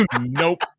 Nope